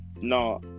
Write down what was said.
no